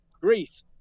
Greece